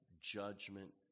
judgment